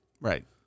right